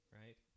right